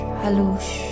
halush